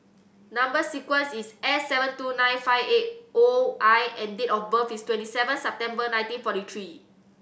number sequence is S seven two nine five eight O I and date of birth is twenty seven September nineteen forty three